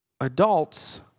Adults